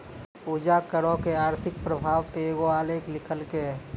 पूजा करो के आर्थिक प्रभाव पे एगो आलेख लिखलकै